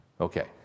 Okay